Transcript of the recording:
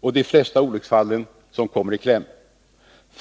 och de flesta olycksfallen som kommer i kläm.